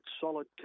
solid